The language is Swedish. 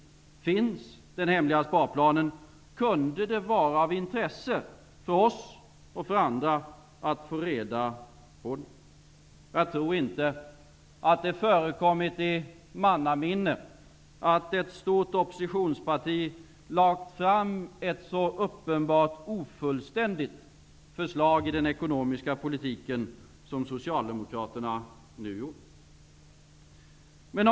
Men finns det en hemlig sparplan kunde det vara av intresse för oss och andra att få reda på den. Jag tror inte att det i mannaminne förekommit att ett stort oppositionsparti lagt fram ett så uppenbart ofullständigt förslag i den ekonomiska politiken som Socialdemokraterna nu gjort.